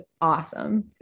awesome